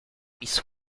miss